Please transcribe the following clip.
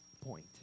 point